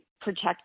protect